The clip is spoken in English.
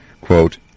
quote